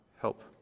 help